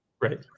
Right